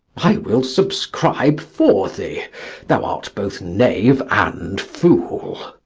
i will subscribe for thee thou art both knave and fool.